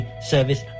service